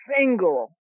single